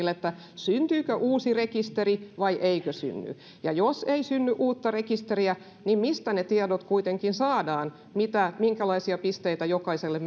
syntyykö uusi rekisteri vai eikö synny ja jos ei synny uutta rekisteriä niin mistä ne tiedot kuitenkin saadaan minkälaisia pisteitä jokaiselle